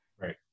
Right